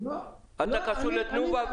אתה קשור לתנובה?